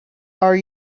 are